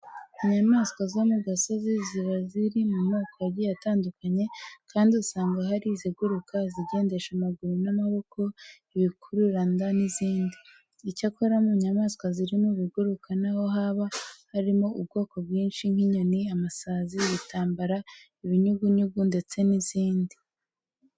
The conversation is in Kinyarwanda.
Inyamaswa zo ku gasozi ziba ziri mu moko agiye atandukanye kandi usanga hari iziguruka, izigendesha amaguru n'amaboko, ibikururanda n'izindi. Icyakora mu nyamaswa ziri mu biguruka na ho haba harimo ubwoko bwinshi nk'inyoni, amasazi, ibitambara, ibinyugunyugu ndetse n'izindi.